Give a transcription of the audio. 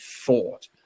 thought